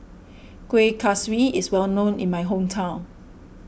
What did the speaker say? Kueh Kaswi is well known in my hometown